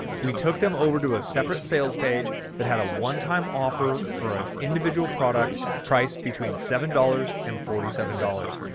we took them over to a separate sales page that had a onetime offer for an individual product price between seven dollars and forty seven dollars.